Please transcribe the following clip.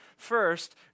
First